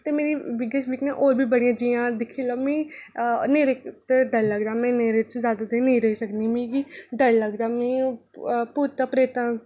ते मेरी biggest weakness होर बी बड़ियां जि'यां दिक्खी लैओ मीं न्हेरे चा डर लगदा में न्हेरे च नेईं रेही सकदी मिगी डर लगदा मीं भूतां प्रेतां